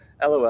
LOL